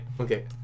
okay